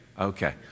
Okay